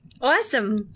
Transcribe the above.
Awesome